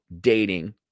dating